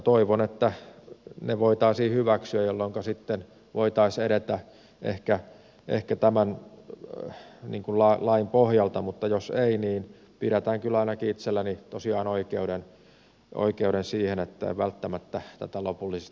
toivon että ne voitaisiin hyväksyä jolloinka sitten voitaisiin edetä ehkä tämän lain pohjalta mutta jos ei niin pidätän kyllä ainakin itselläni tosiaan oikeuden siihen että en välttämättä tätä lopullisesti hyväksy